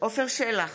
עפר שלח,